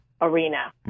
arena